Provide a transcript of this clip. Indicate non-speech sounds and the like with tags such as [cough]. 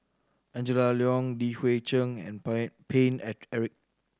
Angela Liong Li Hui Cheng and [unintelligible] Paine [unintelligible] Eric